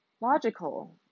logical